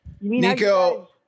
Nico